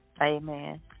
Amen